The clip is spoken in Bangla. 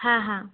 হ্যাঁ হ্যাঁ